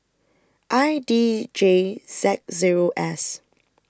I D J Z Zero S